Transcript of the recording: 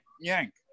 yank